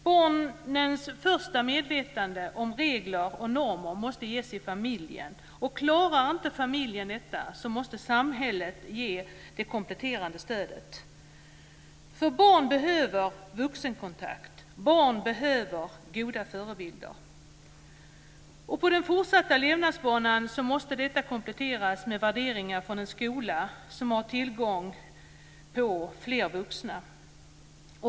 Barnens första medvetande om regler och normer måste ges i familjen. Klarar inte familjen detta måste samhället ge det kompletterande stödet. Barn behöver vuxenkontakt. Barn behöver goda förebilder. På den fortsatta levnadsbanan måste detta kompletteras med värderingar från en skola som har tillgång till fler vuxna.